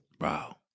Wow